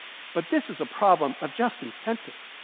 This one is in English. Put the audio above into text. but this is a problem of just incentives,